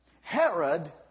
Herod